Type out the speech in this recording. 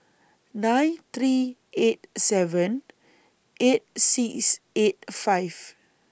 nine three eight seven eight six eight five